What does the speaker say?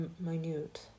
minute